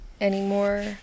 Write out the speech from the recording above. Anymore